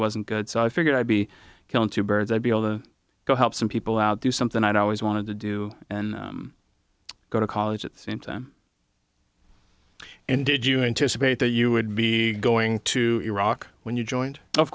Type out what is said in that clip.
wasn't good so i figured i'd be killing two birds i'd be able to go help some people out do something i always wanted to do and go to college it's in time and did you anticipate that you would be going to iraq when you joined of